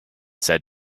said